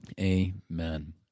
Amen